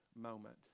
moment